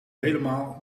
helemaal